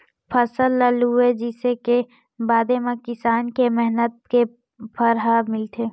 फसल ल लूए, मिंजे के बादे म किसान के मेहनत के फर ह मिलथे